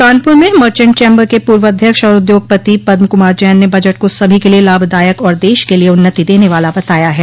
कानपूर में merchant chamber के पूर्व अध्यक्ष और उद्योगपति पदम कूमार जैन ने बजट को सभी के लिये लाभदायक और देश के लिये उन्नति देने वाला बताया है